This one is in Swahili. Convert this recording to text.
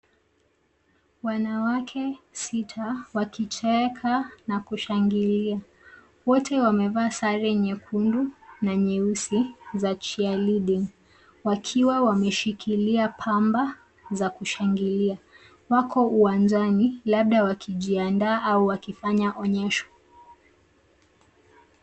Wanawake sita wakicheka na kushangilia. Wote wamevaa sare nyekundu na nyeusi za cheer leading wakiwa wameshikilia pamba za kushangilia. Wako uwanjani labda wakijiandaa au wakifanya onyesho.